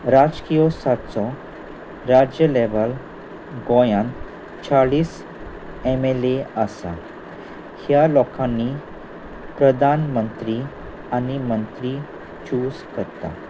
राजकीयसाचो राज्य लेवल गोंयांत चाळीस एम एल ए आसा ह्या लोकांनी प्रधानमंत्री आनी मंत्री चूज करता